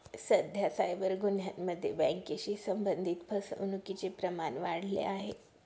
सध्या सायबर गुन्ह्यांमध्ये बँकेशी संबंधित फसवणुकीचे प्रमाण वाढले आहे